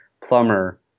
plumber